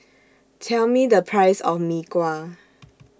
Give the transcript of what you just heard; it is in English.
Tell Me The Price of Mee Kuah